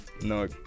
No